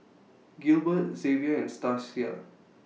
Gilbert Zavier and Stasia